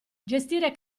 gestire